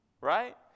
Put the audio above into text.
right